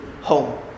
home